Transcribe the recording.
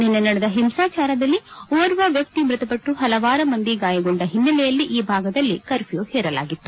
ನಿನ್ನೆ ನಡೆದ ಹಿಂಸಾಚಾರದಲ್ಲಿ ಓರ್ವ ವ್ಯಕ್ತಿ ಮ್ಬತಪಟ್ಟು ಪಲವಾರು ಮಂದಿ ಗಾಯಗೊಂಡ ಓನ್ನೆಲೆಯಲ್ಲಿ ಈ ಭಾಗದಲ್ಲಿ ಕರ್ಫ್ಯೂ ಹೇರಲಾಗಿತ್ತು